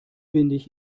windig